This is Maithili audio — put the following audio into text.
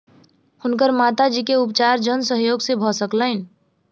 हुनकर माता जी के उपचार जन सहयोग से भ सकलैन